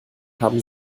haben